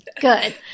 Good